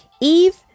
Eve